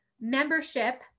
membership